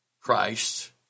Christ